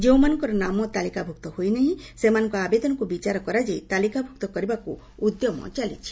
ଯେଉଁମାନଙ୍କ ନାମ ତାଲିକାଭୁକ୍ତ ହୋଇନାହିଁ ସେମାନଙ୍କ ଆବେଦନକ୍ ବିଚାର କରାଯାଇ ତାଲିକାଭ୍ରକ୍ତ କରିବାକ୍ ଉଦ୍ୟମ ଚାଲିଛି